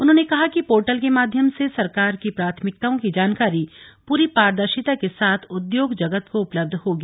उन्होंने कहा कि पोर्टल के माध्यम से सरकार की प्राथमिकताओं की जानकारी पूरी पारदर्शिता के साथ उद्योग जगत को उपलब्ध होगी